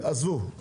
עזבו.